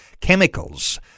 chemicals